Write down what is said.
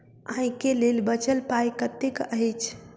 आइ केँ लेल बचल पाय कतेक अछि?